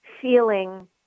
feeling